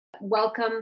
Welcome